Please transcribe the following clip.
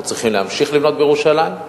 אנחנו צריכים להמשיך לבנות בירושלים,